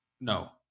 No